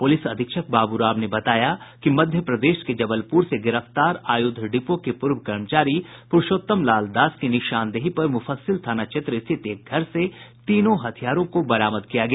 police अधीक्षक बाबू राम ने बताया कि मध्य प्रदेश के जबलपुर में गिरफ्तार आयुध डिपो के पूर्व कर्मचारी पुरूषोत्तम लाल दास की निशानदेही पर मुफस्सिल थाना क्षेत्र स्थित एक घर से तीनों हथियारों को बरामद किया गया